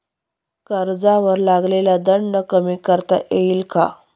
कर्जावर लागलेला दंड कमी करता येईल का?